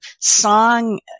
song